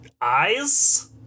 eyes